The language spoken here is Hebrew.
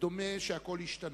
ודומה שהכול השתנה,